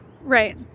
right